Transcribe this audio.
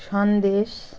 Sandesh